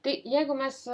tai jeigu mes